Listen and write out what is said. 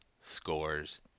scores